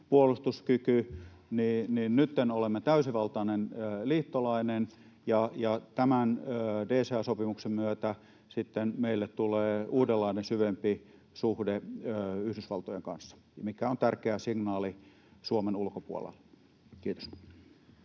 puolustuskyky, niin nytten olemme täysivaltainen liittolainen ja tämän DCA-sopimuksen myötä meille tulee uudenlainen syvempi suhde Yhdysvaltojen kanssa, mikä on tärkeä signaali Suomen ulkopuolella. — Kiitos.